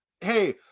hey